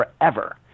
forever